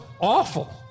awful